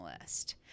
list